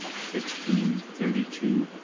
sixteen, thirty-two,